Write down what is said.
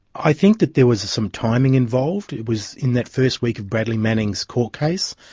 i think that there was some timing involved. it was in that first week of bradley manning's court case,